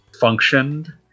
functioned